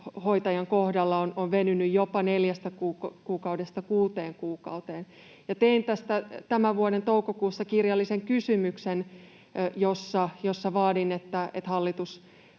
kohdalla on venynyt jopa neljästä kuukaudesta kuuteen kuukauteen. Tein tästä tämän vuoden toukokuussa kirjallisen kysymyksen, jossa vaadin, että hallitus